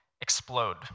explode